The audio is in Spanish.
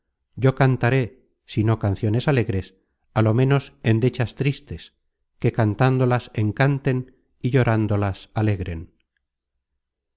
yo cantaré si no canciones alegres á lo menos endechas tristes que cantándolas encanten y llorándolas alegren